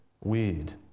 weird